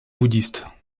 bouddhistes